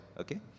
okay